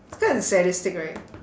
it's kinda sadistic right